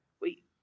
Wait